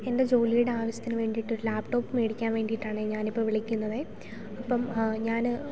എൻ്റെ ജോലിയുടെ ആവശ്യത്തിന് വേണ്ടിയിട്ട് ഒരു ലാപ്ടോപ് വേടിക്കാൻ വേണ്ടിയിട്ടാണെ ഞാനിപ്പം വിളിക്കുന്നതെ അപ്പം ഞാന്